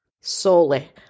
solely